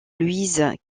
louise